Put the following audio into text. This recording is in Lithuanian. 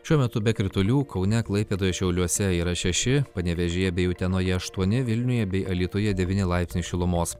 šiuo metu be kritulių kaune klaipėdoje šiauliuose yra šeši panevėžyje bei utenoje aštuoni vilniuje bei alytuje devyni laipsniai šilumos